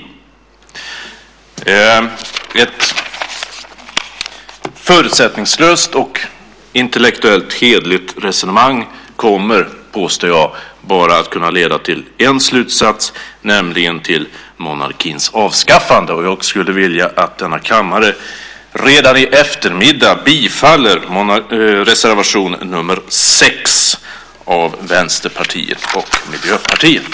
Ett förutsättningslöst och intellektuellt hederligt resonemang kommer, påstår jag, bara att kunna leda till en slutsats, nämligen till monarkins avskaffande. Och jag skulle vilja att denna kammare redan i eftermiddag bifaller reservation 5 under punkt 6 från Vänsterpartiet och Miljöpartiet.